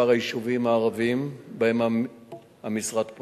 מספר היישובים הערביים שבהם המשרד פועל.